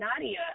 Nadia